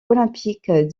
olympiques